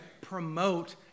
promote